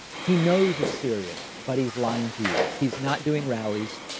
he knows it's serious, but he's lying to you, he's not doing rallies,